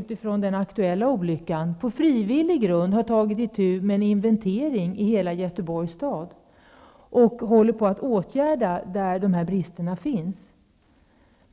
Göteborg har man på frivillig grund tagit itu med en inventering i hela Göteborgs stad för att åtgärda brister som finns.